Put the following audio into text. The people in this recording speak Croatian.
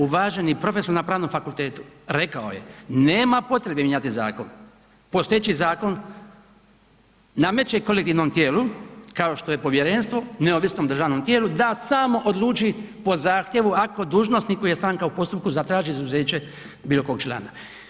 Uvaženi profesor na Pravnom fakultetu rekao je nema potrebe mijenjati zakon, postojeći zakon nameće kolektivnom tijelu kao što je povjerenstvo neovisnom državnom tijelu da samo odluči po zahtjevu ako dužnosnik je stranka u postupku zatraži izuzeće bilo kog člana.